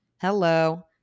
Hello